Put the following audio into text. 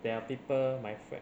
there are people my friend